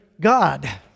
God